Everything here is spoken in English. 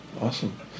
awesome